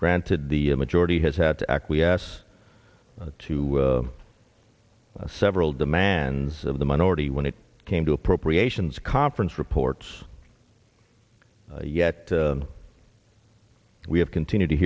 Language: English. granted the majority has had to acquiesce to several demands of the minority when it came to appropriations conference reports yet we have continued to